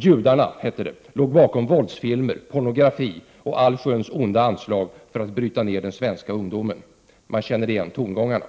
Judarna, hette det vidare, låg bakom våldsfilmer, pornografi och allsköns onda anslag för att bryta ned den svenska ungdomen. Man känner igen tongångarna.